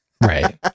Right